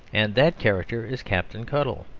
and that character is captain cuttle.